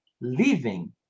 living